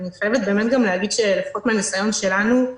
אני חייבת להגיד שלפחות מהניסיון שלנו,